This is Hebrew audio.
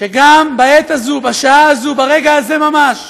שגם בעת הזאת, בשעה הזאת, ברגע הזה ממש,